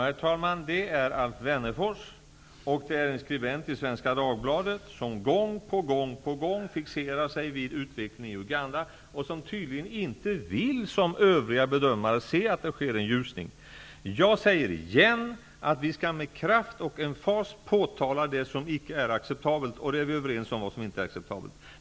Herr talman! Det är Alf Wennerfors och en skribent i Svenska Dagbladet som gång på gång fixerar sig vid utvecklingen i Uganda och som tydligen inte som övriga bedömare vill se att det sker en ljusning. Jag säger igen att vi med kraft och emfas skall påtala det som icke är acceptabelt. Vi är överens om vad som inte är acceptabelt.